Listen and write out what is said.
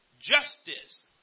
justice